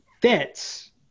fits